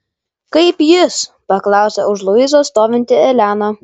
kaip jis paklausė už luizos stovinti elena